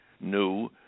new